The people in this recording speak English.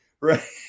Right